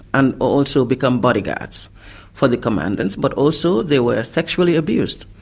and also become bodyguards for the commandants, but also they were sexually abused.